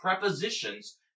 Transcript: prepositions